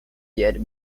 yet